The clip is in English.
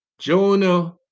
Jonah